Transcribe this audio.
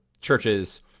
churches